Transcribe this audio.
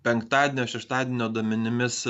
penktadienio šeštadienio duomenimis